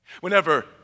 Whenever